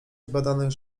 zbadanych